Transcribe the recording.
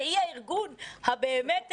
כשהיא באמת הארגון,